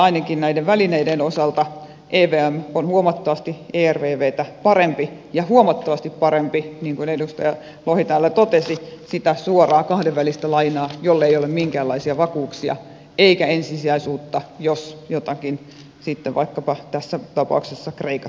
ainakin näiden välineiden osalta evm on huomattavasti ervvtä parempi ja huomattavasti parempi niin kuin edustaja lohi täällä totesi kuin se suora kahdenvälinen laina jolla ei ole minkäänlaisia vakuuksia eikä ensisijaisuutta jos jotakin sitten vaikkapa tässä tapauksessa kreikassa tapahtuu